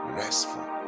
restful